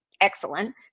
excellent